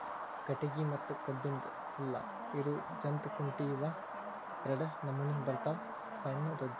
ಕಟಗಿ ಮತ್ತ ಕಬ್ಬನ್ದ್ ಹಲ್ಲ ಇರು ಜಂತ್ ಕುಂಟಿ ಇವ ಎರಡ ನಮೋನಿ ಬರ್ತಾವ ಸಣ್ಣು ದೊಡ್ಡು